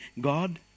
God